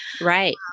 Right